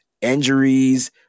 injuries